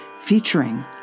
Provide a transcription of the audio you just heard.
featuring